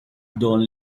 dont